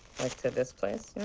like, to this place,